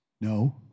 No